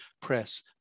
press